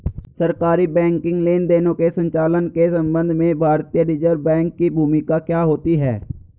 सरकारी बैंकिंग लेनदेनों के संचालन के संबंध में भारतीय रिज़र्व बैंक की भूमिका क्या होती है?